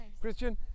Christian